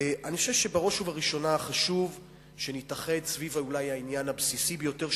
ואני חושב שבראש ובראשונה חשוב שנתאחד סביב העניין הבסיסי ביותר,